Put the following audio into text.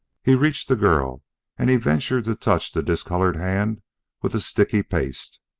he reached the girl and he ventured to touch the discolored hand with a sticky paste.